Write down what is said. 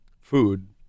food